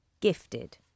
gifted